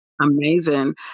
amazing